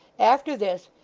after this,